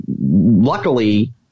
luckily